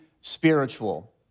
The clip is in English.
spiritual